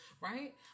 Right